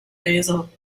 basil